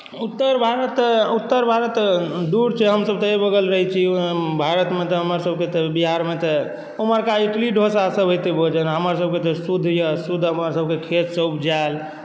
उत्तर भारत तऽ उत्तर भारत तऽ दुर छै हमसभ तऽ एहि बगल रहै छी भारतमे हमरा सभके तऽ बिहारमे तऽ उम्हरका इडली डोसा सभ होइ छै बहुत हमर जेना शुद्ध यऽ शुद्ध हमरा सभके खेत से उपजाएल